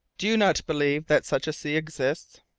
do you not believe that such a sea exists?